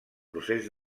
procés